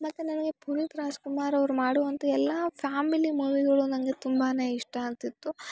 ಮತ್ತು ನನಗೆ ಪುನೀತ್ ರಾಜಕುಮಾರ್ ಅವರು ಮಾಡುವಂಥ ಎಲ್ಲ ಫ್ಯಾಮಿಲಿ ಮೂವಿಗಳು ನಂಗೆ ತುಂಬಾ ಇಷ್ಟ ಆಗ್ತಿತ್ತು